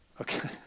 Okay